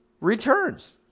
returns